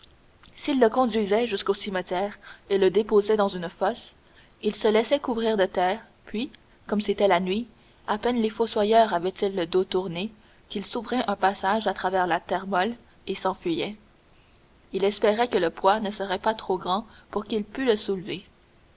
s'ils le conduisaient jusqu'au cimetière et le déposaient dans une fosse il se laissait couvrir de terre puis comme c'était la nuit à peine les fossoyeurs avaient-ils le dos tourné qu'il s'ouvrait un passage à travers la terre molle et s'enfuyait il espérait que le poids ne serait pas trop grand pour qu'il pût le soulever